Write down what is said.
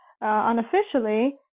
unofficially